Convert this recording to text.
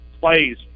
plays